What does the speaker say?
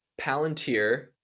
Palantir